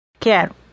Quero